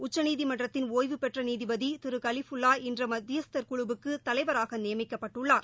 உச்சநீதிமன்றத்தின் ஒய்வு பெற்ற நீதிபதி திரு கலிஃபுல்வா இந்த மத்தியஸ்தர் குழுவுக்குத் தலைவராக நியமிக்கப்பட்டுள்ளார்